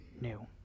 new